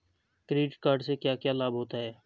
Credit card से क्या क्या लाभ होता है?